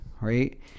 right